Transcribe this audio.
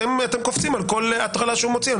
אתם קופצים על כל הטרלה שהוא מוציא.